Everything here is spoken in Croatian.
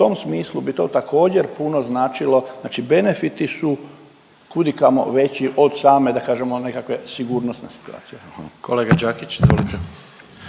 u tom smislu bi to također puno značilo. Znači benefiti su kud i kamo veći od same da kažemo nekakve sigurnosne situacije. **Jandroković, Gordan